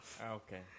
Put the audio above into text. Okay